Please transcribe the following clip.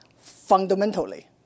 fundamentally